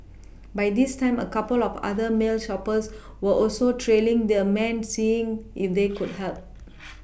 by this time a couple of other male shoppers were also trailing the man seeing if they could help